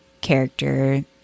character